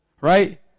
Right